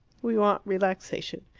we want relaxation.